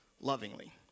lovingly